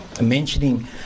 mentioning